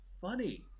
funny